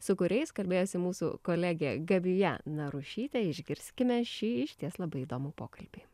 su kuriais kalbėjosi mūsų kolegė gabija narušytė išgirskime šį išties labai įdomų pokalbį